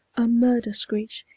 a murder-screech,